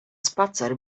spacer